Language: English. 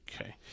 Okay